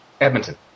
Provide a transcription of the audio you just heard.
Edmonton